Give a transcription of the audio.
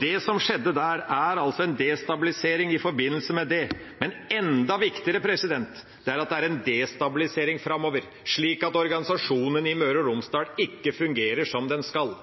Det som skjedde der, er altså en destabilisering i forbindelse med det. Men enda viktigere er det at det er en destabilisering framover, slik at organisasjonen i Møre og Romsdal ikke fungerer som den skal.